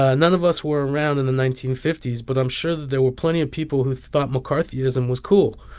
ah none of us were around in the nineteen fifty s, but i'm sure that there were plenty of people who thought mccarthyism was cool,